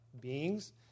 beings